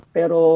Pero